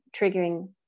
triggering